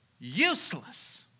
useless